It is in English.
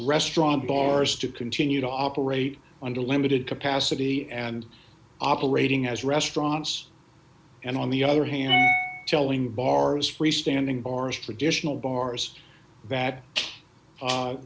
restaurant bars to continue to operate on the limited capacity and operating as restaurants and on the other hand telling bars freestanding bars t